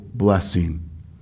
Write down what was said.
blessing